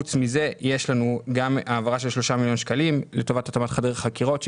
חוץ מזה יש לנו גם העברה של 3 מיליון שקלים לטובת התאמת חדר חקירות,